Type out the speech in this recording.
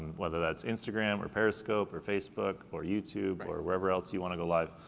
whether that's instagram or periscope or facebook, or youtube, or wherever else you wanna go live,